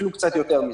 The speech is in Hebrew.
אפילו קצת יותר מזה.